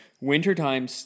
wintertime